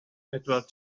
pedwar